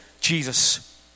Jesus